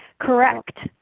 correct,